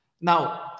Now